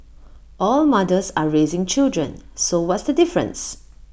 all mothers are raising children so what's the difference